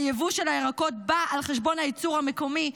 היבוא של הירקות בא על חשבון הייצור המקומי,